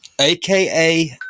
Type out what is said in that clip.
aka